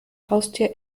haustier